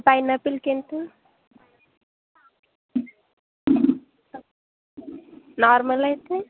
పైనాపిల్కి ఎంత నార్మల్ అయితే